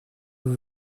vous